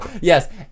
yes